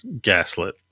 gaslit